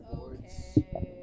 okay